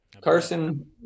Carson